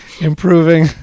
improving